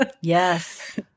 Yes